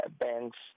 banks